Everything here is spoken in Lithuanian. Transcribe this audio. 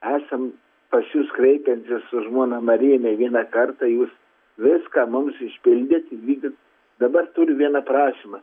esam pas jus kreipentis su žmona marija ne vieną kartą jūs viską mums išpildėt įvykdėt dabar turiu vieną prašymą